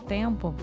tempo